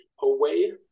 away